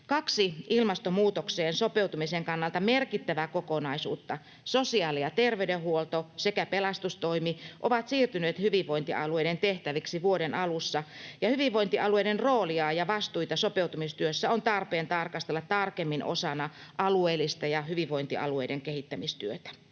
Kaksi ilmastonmuutokseen sopeutumisen kannalta merkittävää kokonaisuutta, sosiaali- ja terveydenhuolto sekä pelastustoimi, ovat siirtyneet hyvinvointialueiden tehtäviksi vuoden alussa, ja hyvinvointialueiden roolia ja vastuita sopeutumistyössä on tarpeen tarkastella tarkemmin osana alueellista ja hyvinvointialueiden kehittämistyötä.